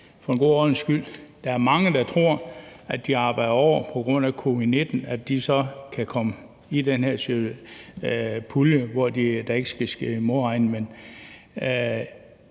for en god ordens skyld sige, at der er mange, der tror, at de arbejder over på grund af covid-19, og at de så kan komme i den her pulje, hvor der ikke skal ske modregning,